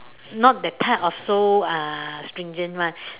not that type of so uh stringent [one]